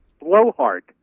blowhard